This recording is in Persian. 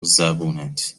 زبونت